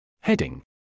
Heading